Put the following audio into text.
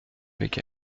avec